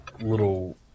little